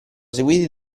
seguiti